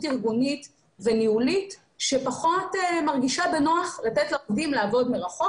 ארגונית וניהולית שפחות מרגישה בנוח לתת לעובדים לעבוד מרחוק,